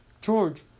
George